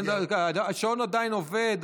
השעון עדיין עובד,